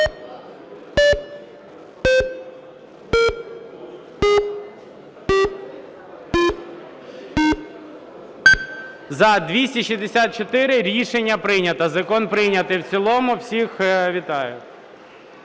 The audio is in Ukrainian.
За-264 Рішення прийнято. Закон прийнятий в цілому. Всіх вітаю.